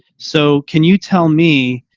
so can you tell me